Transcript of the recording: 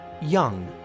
Young